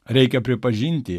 reikia pripažinti